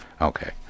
okay